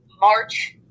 March